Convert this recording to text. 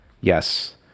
yes